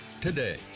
today